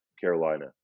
Carolina